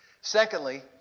Secondly